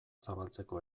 zabaltzeko